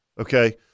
Okay